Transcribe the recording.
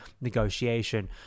negotiation